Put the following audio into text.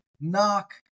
knock